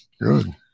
Good